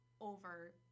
over